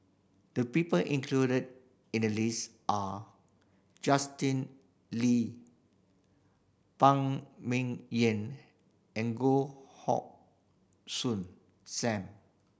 the people included in the list are Justin Lee Phan Ming Yen and Goh Hoh Soon Sam